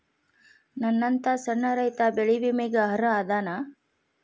ನನ್ನಂತ ಸಣ್ಣ ರೈತಾ ಬೆಳಿ ವಿಮೆಗೆ ಅರ್ಹ ಅದನಾ?